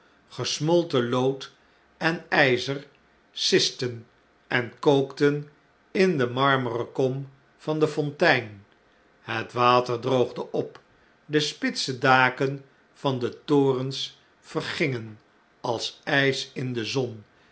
gesmolten lood en nzer sisten en kookten in de marmeren kom van de fontein het water droogde op de spitse daken van de torens vergingen als ns in de zon